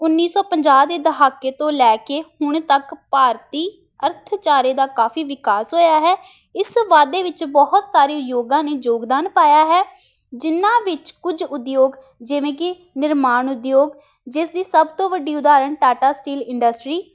ਉੱਨੀ ਸੌ ਪੰਜਾਹ ਦੇ ਦਹਾਕੇ ਤੋਂ ਲੈ ਕੇ ਹੁਣ ਤੱਕ ਭਾਰਤੀ ਅਰਥਚਾਰੇ ਦਾ ਕਾਫੀ ਵਿਕਾਸ ਹੋਇਆ ਹੈ ਇਸ ਵਾਧੇ ਵਿੱਚ ਬਹੁਤ ਸਾਰੀ ਯੋਗਾਂ ਨੇ ਯੋਗਦਾਨ ਪਾਇਆ ਹੈ ਜਿਨਾਂ ਵਿੱਚ ਕੁਝ ਉਦਯੋਗ ਜਿਵੇਂ ਕਿ ਨਿਰਮਾਣ ਉਦਯੋਗ ਜਿਸ ਦੀ ਸਭ ਤੋਂ ਵੱਡੀ ਉਦਾਹਰਨ ਟਾਟਾ ਸਟੀਲ ਇੰਡਸਟਰੀ